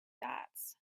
dots